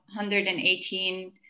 118